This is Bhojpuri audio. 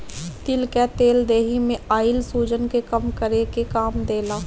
तिल कअ तेल देहि में आइल सुजन के कम करे में काम देला